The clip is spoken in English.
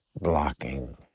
blocking